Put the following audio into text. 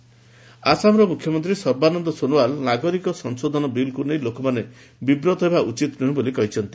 Assam CM Assam ମୁଖ୍ୟମନ୍ତ୍ରୀ ସର୍ବାନନ୍ଦ ସୋନୱାଲ୍ ନାଗରିକ ସଂଶୋଧନ ବିଲ୍କୁ ନେଇ ଲୋକମାନେ ବିବ୍ରତ ହେବା ଉଚିତ୍ ନୁହଁ ବୋଲି କହିଛନ୍ତି